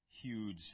huge